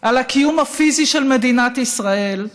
על הקיום הפיזי של מדינת ישראל,